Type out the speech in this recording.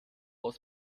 aus